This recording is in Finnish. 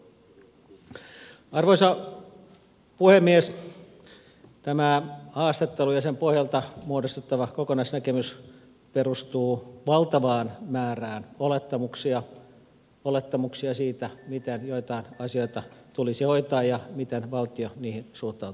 tämä haastattelu ja sen pohjalta muodostettava kokonaisnäkemys perustuu valtavaan määrään olettamuksia olettamuksia siitä miten joitain asioita tulisi hoitaa ja miten valtio niihin suhtautuisi